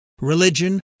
religion